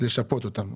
לשפות אותם.